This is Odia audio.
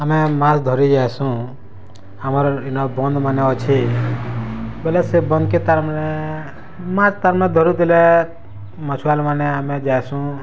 ଆମେ ମାଛ୍ ଧରି ଯାଏସୁଁ ଆମର୍ ଇନ ବନ୍ଧ ମାନେ ଅଛେ ବଲେ ସେ ବନ୍ଧ୍ କେ ତାର୍ମାନେ ମାଛ୍ ତାର୍ମାନେ ଧରିଦେଲେ ମଛୱାଲା ମାନେ ଆମେ ଯାଏସୁଁ